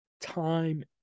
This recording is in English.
time